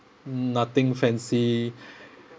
nothing fancy